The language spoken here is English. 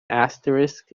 asterisk